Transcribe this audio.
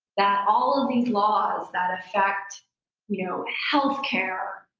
that all of these laws that affect you know healthcare,